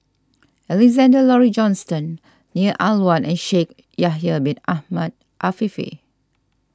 Alexander Laurie Johnston Neo Ah Luan and Shaikh Yahya Bin Ahmed Afifi